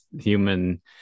human